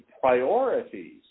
priorities